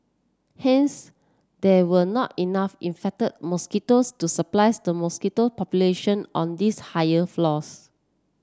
hence there were not enough infected mosquitoes to surprised the mosquito population on these higher floors